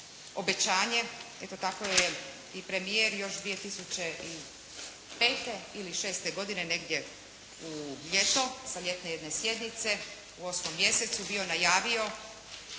Eto tako je i premijer još 2005. ili 06. godine, negdje u ljeto, sa ljetne jedne sjednice u 8 mjesecu bio najavio,